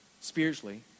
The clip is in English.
spiritually